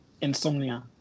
Insomnia